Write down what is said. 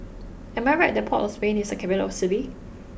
am I right that Port of Spain is a capital city